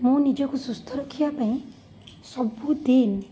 ମୁଁ ନିଜକୁ ସୁସ୍ଥ ରଖିବା ପାଇଁ ସବୁଦିନ